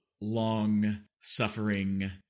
long-suffering